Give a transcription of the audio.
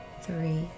three